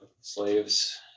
Slaves